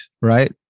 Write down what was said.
right